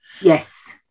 Yes